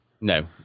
No